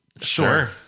Sure